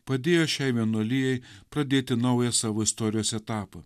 padėjo šiai vienuolijai pradėti naują savo istorijos etapą